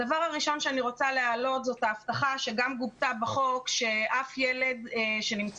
הדבר הראשון שאני רוצה להעלות זאת ההבטחה שגם גובתה בחוק שאף ילד שנמצא